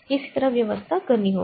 किसी तरह व्यवस्था करनी होगी